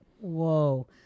whoa